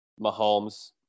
Mahomes